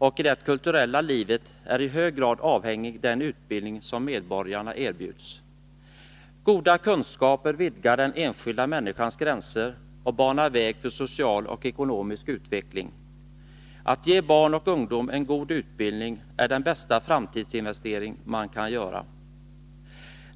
och i det kulturella livet, är i hög grad avhängig den utbildning som medborgarna erbjuds. Goda kunskaper vidgar den enskilda människans gränser och banar väg för social och ekonomisk utveckling. Att ge barn och ungdom en god utbildning är den bästa framtidsinvestering man kan göra.